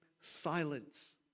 silence